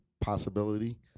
possibility